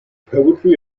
poetry